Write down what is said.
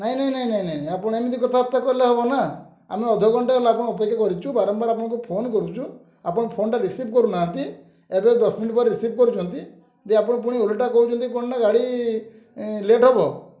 ନାହିଁ ନାହିଁ ନାହିଁ ନାଇହିଁ ନାହିଁ ଆପଣ ଏମିତି କଥାବାର୍ତ୍ତା କଲେ ହବ ନା ଆମେ ଅଧଘଣ୍ଟା ହେଲେ ଆପଣ ଅପେକ୍ଷା କରିଛୁ ବାରମ୍ବାର ଆପଣଙ୍କୁ ଫୋନ କରୁଛୁ ଆପଣ ଫୋନଟା ରିସିଭ୍ କରୁନାହାନ୍ତି ଏବେ ଦଶ ମିନିଟ ବାର ରିସିଭ୍ କରୁଛନ୍ତି ଯଦି ଆପଣ ପୁଣି ଓଲାଟା କହୁଛନ୍ତି କ'ଣ ନା ଗାଡ଼ି ଲେଟ୍ ହବ